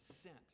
sent